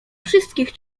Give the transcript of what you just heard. wszystkich